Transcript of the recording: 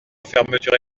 fermetures